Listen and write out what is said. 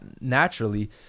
naturally